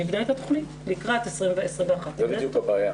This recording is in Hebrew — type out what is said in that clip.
נבנה את התכנית לקראת 2021. זו בדיוק הבעיה.